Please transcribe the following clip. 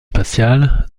spatiale